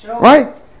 Right